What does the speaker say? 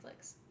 Netflix